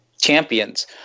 champions